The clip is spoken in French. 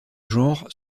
genre